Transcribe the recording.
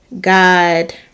God